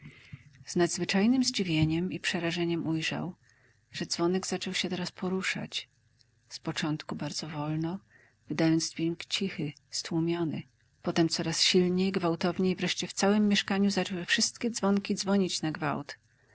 z nadzwyczajnem zdziwieniem i przerażeniem ujrzał że dwonekdzwonek zaczął się teraz poruszać z początku bardzo wolno wydając dźwięk cichy stłumiony potem coraz silniej gwałtowniej wreszcie w całem mieszkaniu zaczęły wszystkie dzwonki dzwonić na gwałt